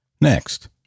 Next